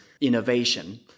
innovation